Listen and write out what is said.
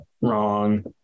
wrong